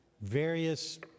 various